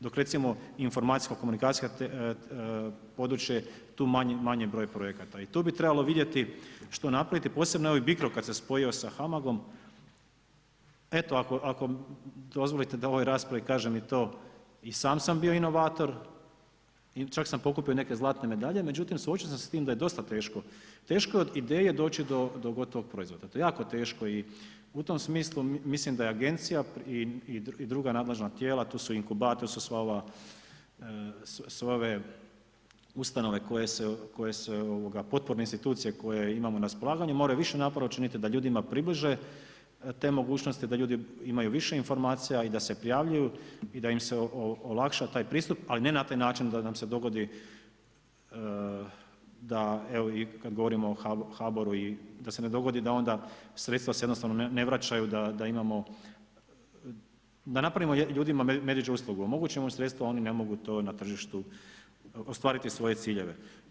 Dok recimo informacijska komunikacijska područja, tu je manji broj projekata i tu bi trebalo vidjeti što napraviti, posebno i ovaj BICRO kada se spojio sa HAMAG-om, eto ako dozvolite da u ovoj raspravi kažem i to i sam sam bio inovator, čak sam pokupio i neke zlatne medalje, međutim, suočio sam se s tim da je dosta teško, teško je od ideje doći do gotovog proizvoda, to je jako teško i u tom smislu, mislim da agencija i druga nadležna tijela, tu su inkubatori, su sve ove ustanove koje se, potporne institucije, koje imamo na raspolaganju, moraju više napora učiniti da ljudima približe te mogućnosti, da ljudi imaju više informacija i da se prijavljuju i da se olakša taj pristup, ali ne na taj način da nam se dogodi da evo, kada govorimo o HBOR-u da se ne dogodi onda da se sredstva jednostavno ne vraćaju da imamo, da napravimo ljudima medvjeđu uslugu, omogućimo im sredstva oni ne mogu na tržištu ostvariti svoje ciljeve.